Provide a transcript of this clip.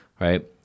right